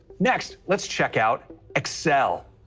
next let's check out excel.